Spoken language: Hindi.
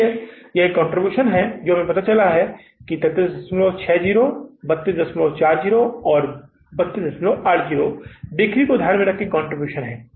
इसलिए यह एक कंट्रीब्यूशन है जो हमें पता चला है 3360 3240 और 3280 बिक्री मूल्य को ध्यान में रखकर कंट्रीब्यूशन है